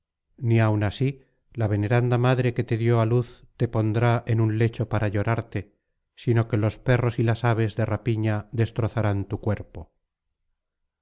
ni aun así la veneranda madre que te dio á luz te pondrá en un lecho para llorarte sino que los perros y las aves de rapiña destrozarán tu cuerpo